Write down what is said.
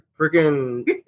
Freaking